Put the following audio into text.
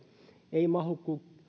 ei mahdu kuin